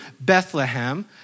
Bethlehem